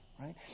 right